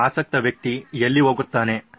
ನಿಮ್ಮ ಆಸಕ್ತ ವ್ಯಕ್ತಿ ಎಲ್ಲಿ ಹೋಗುತ್ತಾನೆ